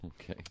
Okay